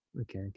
okay